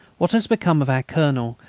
what has become of our colonel,